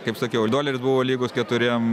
kaip sakiau doleris buvo lygus keturiem